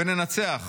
וננצח.